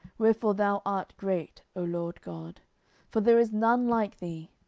wherefore thou art great, o lord god for there is none like thee,